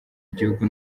igihugu